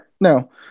No